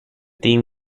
team